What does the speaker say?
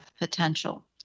potential